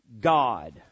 God